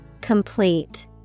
Complete